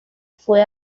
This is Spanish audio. fue